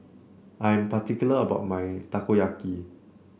I am particular about my Takoyaki